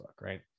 Right